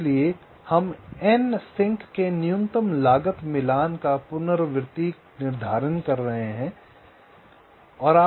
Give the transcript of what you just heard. इसलिए हम N sink के न्यूनतम लागत मिलान का पुनरावर्ती निर्धारण करते हैं